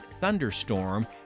thunderstorm